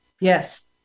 Yes